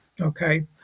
okay